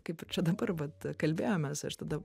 kaip ir čia dabar vat kalbėjomės aš tada